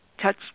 Touch